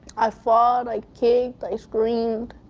i fought, i kicked, i screamed.